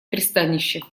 пристанище